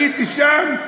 הייתי שם,